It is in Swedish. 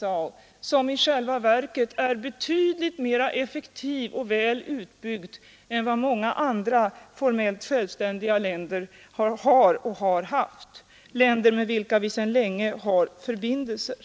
och som i själva verket är betydligt mera effektiv och väl utbyggd än vad många andra formellt självständiga länder har och har haft, länder med vilka vi sedan länge har förbindelser.